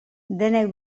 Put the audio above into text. denek